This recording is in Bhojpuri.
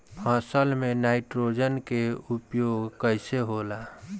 फसल में नाइट्रोजन के उपयोग कइसे होला?